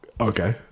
okay